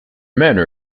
manor